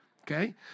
Okay